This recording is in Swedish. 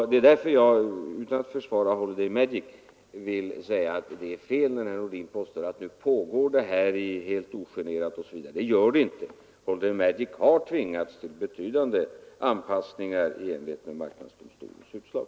Därför vill jag, utan att försvara Holiday Magic, hävda att det är fel när herr Nordin påstår att den här marknadsföringen pågår helt ogenerat. Det gör den inte. Holiday Magic har tvingats till betydande anpassningar i enlighet med marknadsdomstolens utslag.